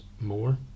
more